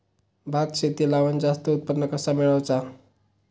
भात शेती लावण जास्त उत्पन्न कसा मेळवचा?